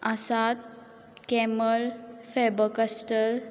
आसात Camel Faber Castell